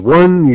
one